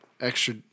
Extra